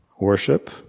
worship